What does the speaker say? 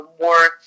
more